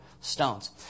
stones